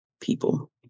people